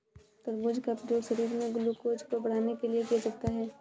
तरबूज का प्रयोग शरीर में ग्लूकोज़ को बढ़ाने के लिए किया जाता है